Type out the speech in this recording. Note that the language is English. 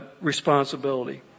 responsibility